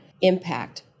impact